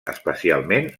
especialment